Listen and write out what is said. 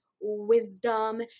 wisdom